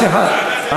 סליחה,